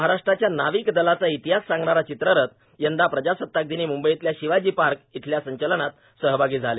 महाराष्ट्राच्या नाविक दल वारशाचा इतिहास सांगणारा चित्ररथ यंदा प्रजासत्ताक दिनी म्बईतल्या शिवाजी पार्क इथल्या संचलनात सहभागी झाले